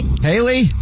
Haley